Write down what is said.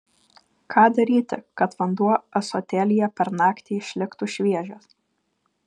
ką daryti kad vanduo ąsotėlyje per naktį išliktų šviežias